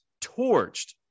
torched